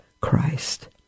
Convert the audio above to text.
Christ